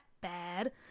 bad